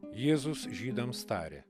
jėzus žydams tarė